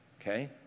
Okay